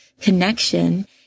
connection